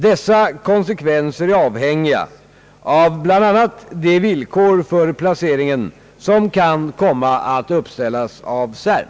Dessa konsekvenser är avhängiga av bl.a. de villkor för placeringen som kan komma att uppställas av CERN.